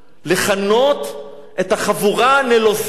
לכנות את החבורה הנלוזה הזאת,